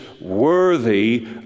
worthy